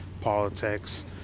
politics